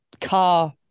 car